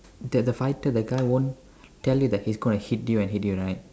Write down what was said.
that the fight the guy won't tell you that he's going hit you and hit you right